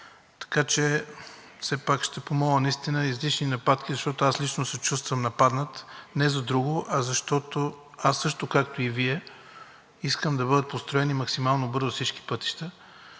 Така че все пак ще помоля – наистина са излишни нападки, защото аз лично се чувствам нападнат, не за друго, а защото аз също, както и Вие, искам да бъдат построени максимално бързо всички пътища